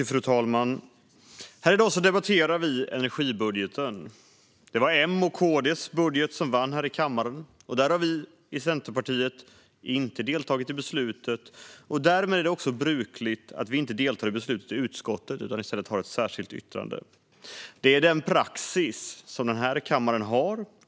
Fru talman! I dag debatterar vi energibudgeten. Det var M:s och KD:s budget som vann här i kammaren. Vi i Centerpartiet har inte deltagit i beslutet. Som brukligt deltar vi därmed inte heller i beslutet i utskottet utan har i stället ett särskilt yttrande. Det är den praxis som den här kammaren har.